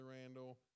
Randall